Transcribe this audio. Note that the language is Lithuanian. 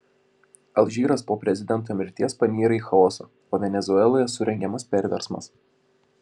alžyras po prezidento mirties panyra į chaosą o venesueloje surengiamas perversmas